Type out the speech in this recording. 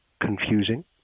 confusing